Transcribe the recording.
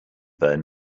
burn